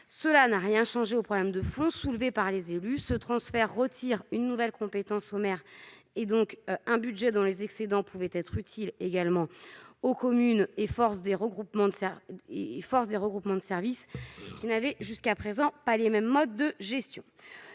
Cela n'a rien changé aux problèmes de fond soulevés par les élus. Ce transfert retire une nouvelle compétence aux maires, et donc un budget dont les excédents pouvaient être utiles aux communes. Il contraint à des regroupements de services qui n'avaient pas, jusqu'à présent, le même mode de gestion.